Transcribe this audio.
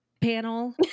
panel